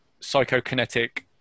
psychokinetic